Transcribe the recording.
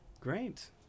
Great